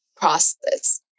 process